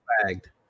flagged